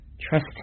trust